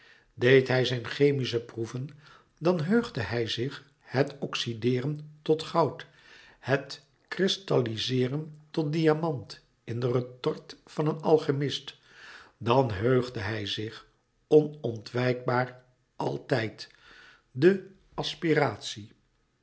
deed hij zijn chemische proeven dan heugde hij zich het oxydeeren tot goud het kristallizeeren tot diamant in de retort van een alchimist dan heugde hij zich